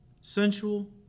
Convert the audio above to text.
sensual